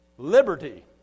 Liberty